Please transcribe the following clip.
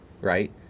right